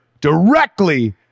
directly